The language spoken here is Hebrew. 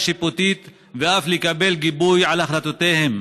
שיפוטית ואף לקבל גיבוי על החלטותיהם.